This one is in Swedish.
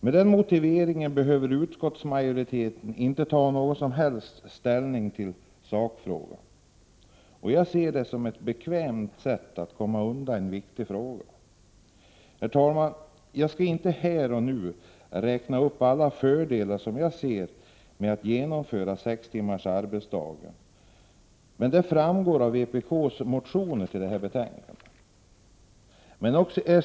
Med den motiveringen behöver 16 november 1988 utskottsmajoriteten inte ta någon som helst ställning till sakfrågan. Jagser. My dag det som ett bekvämt sätt att komma undan en viktig fråga. Herr talman! Jag skall inte här och nu räkna upp alla fördelar som jag ser med ett genomförande av sex timmars arbetsdag, men det framgår av de vpk-motioner som behandlas i detta betänkande.